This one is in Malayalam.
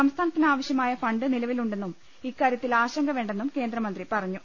സംസ്ഥാനത്തിന് ആവശ്യമായ ഫണ്ട് നിലവിലു ണ്ടെന്നും ഇക്കാര്യത്തിൽ ആശങ്ക വേണ്ടെന്നും കേന്ദ്ര മന്ത്രി പറഞ്ഞു